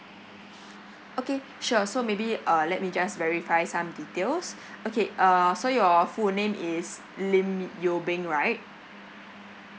okay sure so maybe uh let me just verify some details okay uh so your full name is lim you bing right